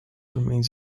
remains